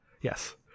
Yes